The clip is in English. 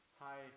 hi